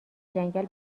جنگل